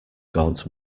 gaunt